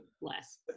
less